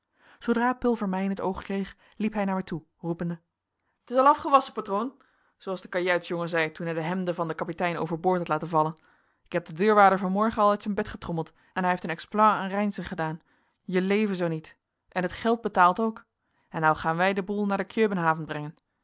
zoodra pulver mij in t oog kreeg liep hij naar mij toe roepende t is al afgewasschen patroon zooals de kajuitsjongen zei toen hij de hemden van den kapitein overboord had laten vallen ik heb den deurwaarder van morgen al uit zijn bed getrommeld en hij heeft een exploit aan reynszen gedaan je leven zoo niet en het geld betaald ook en nou gaan wij den boel naar de kjöbenhavn brengen